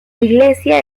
iglesia